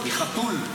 היא חתול.